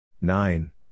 Nine